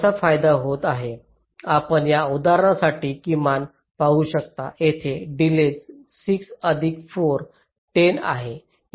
आपण या उदाहरणासाठी किमान पाहू शकता येथे डिलेज 6 अधिक 4 10 आहे